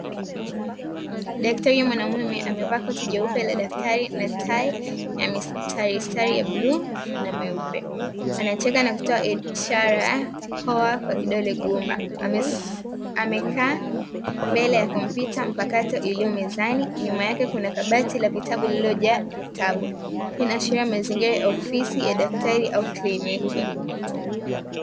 Daktari mwanaume amevaa koti jeupe la daktari na tai ya mistaristari ya bluu na meupe, anacheka na kutoa ishara poa kwa kidole gumba. Amekaa mbele ya kompyuta mpakato iliyo mezani, nyuma yake kuna kabati la vitabu lililojaa vitabu. Hii inaashiria mazingira ofisi ya daktari au kliniki.